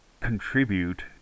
contribute